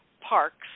parks